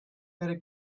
better